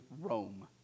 Rome